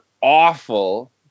awful